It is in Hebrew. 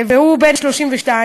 שהוא בן 32,